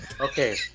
okay